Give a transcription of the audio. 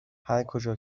هرکجا